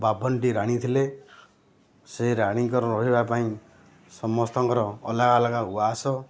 ବାବନଟି ରାଣୀ ଥିଲେ ସେ ରାଣୀଙ୍କର ରହିବା ପାଇଁ ସମସ୍ତଙ୍କର ଅଲଗା ଅଲଗା ଉଆସ